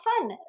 fun